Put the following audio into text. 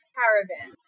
caravan